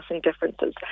differences